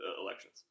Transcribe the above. elections